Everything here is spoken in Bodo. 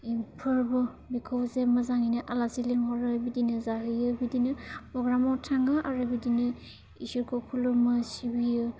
फोरबोखौ जे मोजाङैनो आलासि लिंहरो बिदिनो जाहैयो बिदिनो प्रग्रामाव थाङो आरो बिदिनो इसोरखौ खुलुमो सिबियो